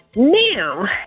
now